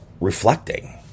Reflecting